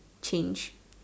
change